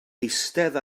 eistedd